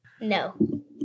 No